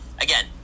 Again